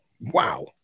Wow